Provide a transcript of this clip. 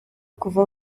kuva